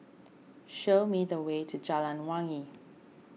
show me the way to Jalan Wangi